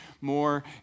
more